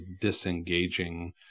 disengaging